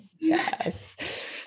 Yes